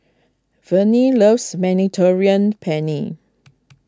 Verne loves Mediterranean Penne